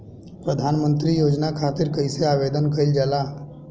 प्रधानमंत्री योजना खातिर कइसे आवेदन कइल जाला?